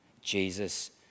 Jesus